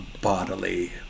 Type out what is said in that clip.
bodily